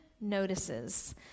notices